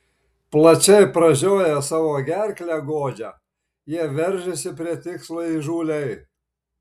plačiai pražioję savo gerklę godžią jie veržiasi prie tikslo įžūliai